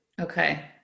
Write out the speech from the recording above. Okay